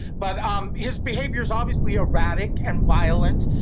but um his behavior is obviously erratic and violent.